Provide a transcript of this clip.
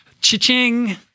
Cha-ching